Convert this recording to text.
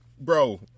Bro